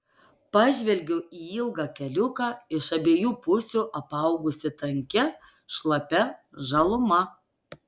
pažvelgiau į ilgą keliuką iš abiejų pusių apaugusį tankia šlapia žaluma